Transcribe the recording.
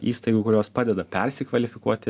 įstaigų kurios padeda persikvalifikuoti